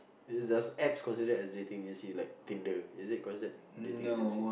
is does apps consider as dating agency like Tinder is it considered dating agency